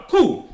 Cool